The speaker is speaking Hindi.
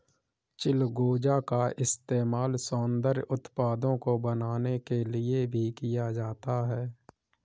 चिलगोजा का इस्तेमाल सौन्दर्य उत्पादों को बनाने के लिए भी किया जाता है